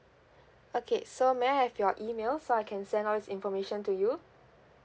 okay so may I have your email so I can send all this information to you